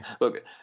Look